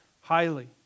highly